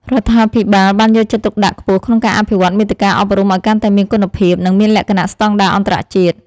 រដ្ឋាភិបាលបានយកចិត្តទុកដាក់ខ្ពស់ក្នុងការអភិវឌ្ឍន៍មាតិកាអប់រំឱ្យកាន់តែមានគុណភាព និងមានលក្ខណៈស្តង់ដារអន្តរជាតិ។